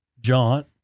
John